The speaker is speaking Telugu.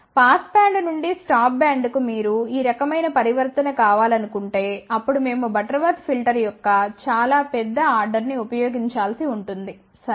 పాస్ బ్యాండ్ నుండి స్టాప్ బ్యాండ్కు మీరు ఈ రకమైన పరివర్తన కావాలనుకుంటే అప్పుడు మేము బటర్వర్త్ ఫిల్టర్ యొక్క చాలా పెద్ద ఆర్డర్ ని ఉపయోగించాల్సి ఉంటుంది సరే